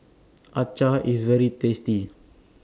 Acar IS very tasty